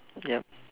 yup